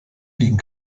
liegen